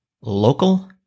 local